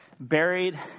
buried